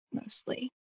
mostly